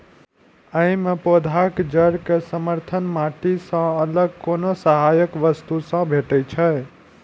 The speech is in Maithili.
अय मे पौधाक जड़ कें समर्थन माटि सं अलग कोनो सहायक वस्तु सं भेटै छै